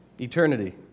eternity